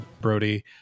Brody